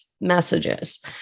messages